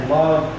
love